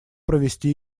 провести